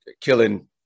killing